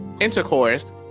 intercourse